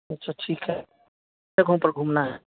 अच्छा ठीक है जगहों पर घूमना है